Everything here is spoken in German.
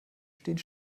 stehen